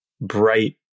bright